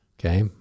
Okay